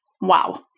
Wow